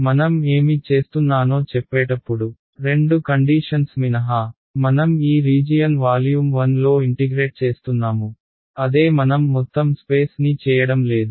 మనం ఏమి చేస్తున్నానో చెప్పేటప్పుడు రెండు కండీషన్స్ మినహా మనం ఈ రీజియన్ వాల్యూమ్ 1 లో ఇంటిగ్రేట్ చేస్తున్నాము అదే మనం మొత్తం స్పేస్ ని చేయడం లేదు